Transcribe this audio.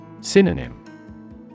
Synonym